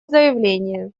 заявление